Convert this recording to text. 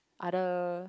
other